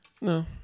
No